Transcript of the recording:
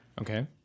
Okay